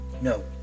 No